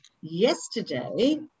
yesterday